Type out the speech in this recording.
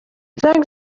زنگ